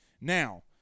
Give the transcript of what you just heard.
Now